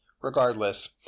Regardless